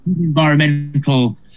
environmental